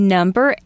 Number